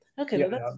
Okay